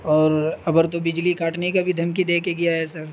اور ابر تو بجلی کاٹنے کا بھی دھمکی دے کے گیا ہے سر